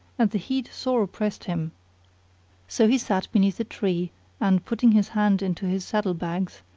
and the heat sore oppressed him so he sat beneath a tree and, putting his hand into his saddle bags,